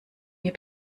mir